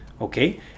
okay